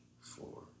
four